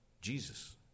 Jesus